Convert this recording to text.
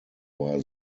war